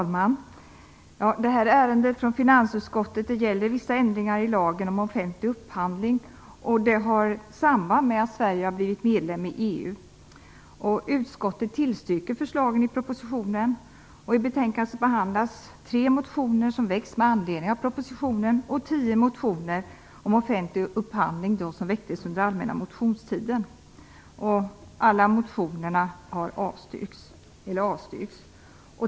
Fru talman! Det här ärendet från finansutskottet gäller vissa ändringar i lagen om offentlig upphandling. Det har ett samband med att Sverige blivit medlem i EU. betänkandet behandlas tre motioner som väckts med anledning av propositionen och tio motioner om offentlig upphandling som väckts under allmänna motionstiden. Alla motioner avstyrks.